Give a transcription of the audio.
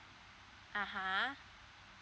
uh !huh!